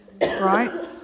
right